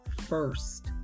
first